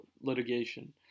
litigation